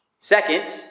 Second